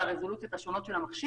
על הרזולוציות השונות של המכשיר.